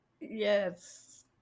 Yes